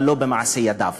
אבל לא במעשה ידיהם.